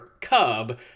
cub